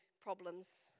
problems